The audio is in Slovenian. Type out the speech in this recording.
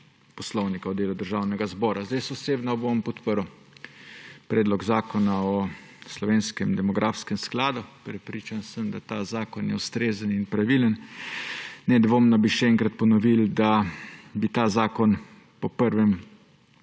poslovnika o delu Državnega zbora. Jaz osebno bom podprl Predlog zakona o slovenskem demografskem skladu. Prepričan sem, da je ta zakon ustrezen in pravilen. Nedvomno bi še enkrat ponovili, da bi ta zakon po prvem